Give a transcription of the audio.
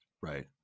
right